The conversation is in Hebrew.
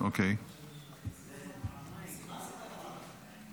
ירוק ופורח נמצא בשממה,